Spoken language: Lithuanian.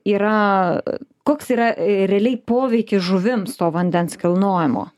yra koks yra realiai poveikis žuvims to vandens kilnojimo